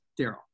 Daryl